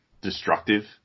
destructive